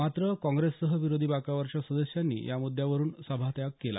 मात्र काँग्रेससह विरोधी बाकांवरच्या सदस्यांनी या मुद्यावरून सभात्याग केला